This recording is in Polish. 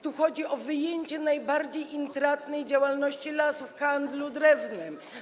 Tu chodzi o wyjęcie najbardziej intratnej działalności lasów, handlu drewnem.